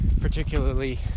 particularly